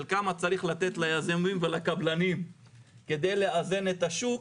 של כמה צריך לתת ליזמים ולקבלנים כדי לאזן את השוק,